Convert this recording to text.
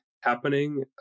happening